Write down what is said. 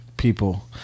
people